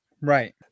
Right